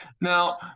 Now